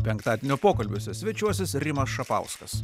penktadienio pokalbiuose svečiuosis rimas šapauskas